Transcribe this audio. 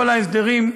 כל ההסדרים,